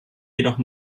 jedoch